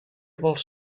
vols